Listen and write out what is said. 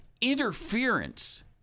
interference